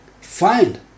Find